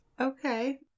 Okay